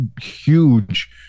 huge